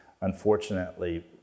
unfortunately